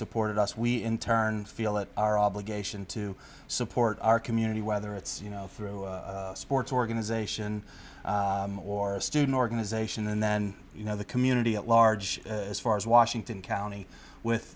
supported us we in turn feel that our obligation to support our community whether it's you know through sports organization or a student organization and then you know the community at large as far as washington county with